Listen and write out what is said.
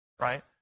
right